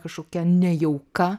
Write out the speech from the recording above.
kažkokia nejauka